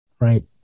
right